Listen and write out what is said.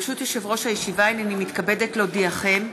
ברשות יושב-ראש הישיבה, הינני מתכבדת להודיעכם,